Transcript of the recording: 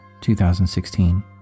2016